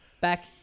back